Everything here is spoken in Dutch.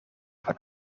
van